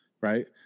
right